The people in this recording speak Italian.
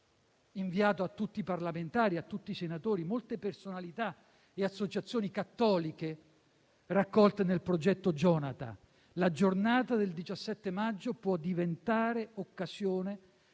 inviato a tutti i parlamentari e a tutti i senatori hanno scritto molte personalità e associazioni cattoliche raccolte nel progetto Gionata. C'è scritto che la giornata del 17 maggio può diventare occasione